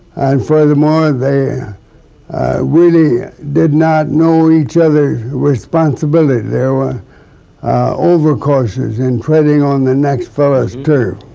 and, furthermore, they really did not know each other's responsibility. they were over cautious in treading on the next fellow's turf.